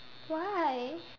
why